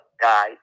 guys